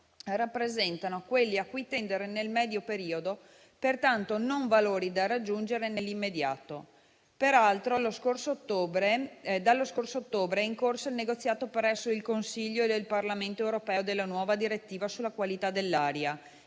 rappresentano quelli a cui tendere nel medio periodo, e pertanto non da raggiungere nell'immediato. Peraltro, dallo scorso ottobre è in corso il negoziato presso il Consiglio del Parlamento europeo della nuova direttiva sulla qualità dell'aria,